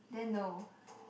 then no